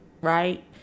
right